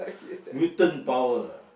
mutant power